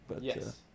Yes